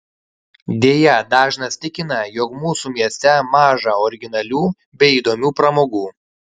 deja dažnas tikina jog mūsų mieste maža originalių bei įdomių pramogų